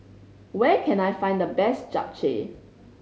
where can I find the best Japchae